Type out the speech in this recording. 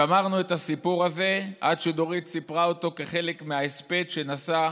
שמרנו את הסיפור הזה עד שדורית סיפרה אותו כחלק מההספד שנשאה